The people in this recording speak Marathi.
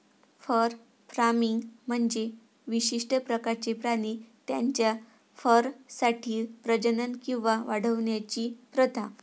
फर फार्मिंग म्हणजे विशिष्ट प्रकारचे प्राणी त्यांच्या फरसाठी प्रजनन किंवा वाढवण्याची प्रथा